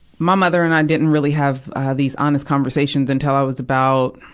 my mother and i didn't really have, ah, these honest conversations until i was about,